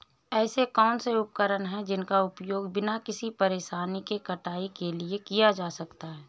ऐसे कौनसे उपकरण हैं जिनका उपयोग बिना किसी परेशानी के कटाई के लिए किया जा सकता है?